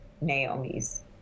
Naomi's